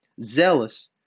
zealous